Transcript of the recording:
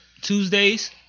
Tuesdays